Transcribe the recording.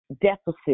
deficit